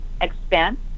expense